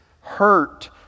hurt